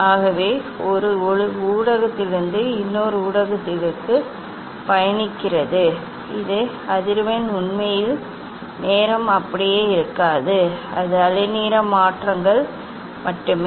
ஆகவே ஒளி ஒரு ஊடகத்திலிருந்து இன்னொரு ஊடகத்திற்கு பயணிக்கிறது இது அதிர்வெண் உண்மையில் நேரம் அப்படியே இருக்காது அது அலைநீள மாற்றங்கள் மட்டுமே